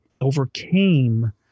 overcame